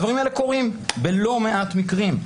הדברים האלה קורים בלא מעט מקרים.